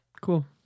Cool